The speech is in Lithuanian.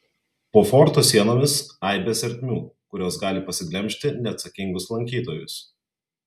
po forto sienomis aibės ertmių kurios gali pasiglemžti neatsakingus lankytojus